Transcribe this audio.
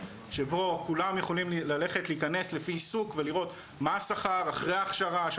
שבו כולם יכולים להיכנס לפי עיסוק ולראות מה השכר אחרי ההכשרה,